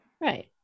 Right